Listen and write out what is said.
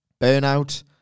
burnout